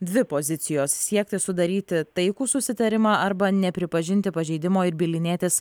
dvi pozicijos siekti sudaryti taikų susitarimą arba nepripažinti pažeidimo ir bylinėtis